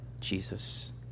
Jesus